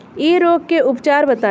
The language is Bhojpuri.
इ रोग के उपचार बताई?